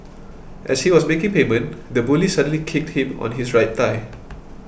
as he was making payment the bully suddenly kicked him on his right thigh